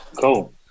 cool